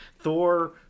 Thor